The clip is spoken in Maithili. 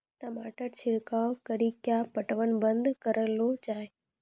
टमाटर छिड़काव कड़ी क्या पटवन बंद करऽ लो जाए?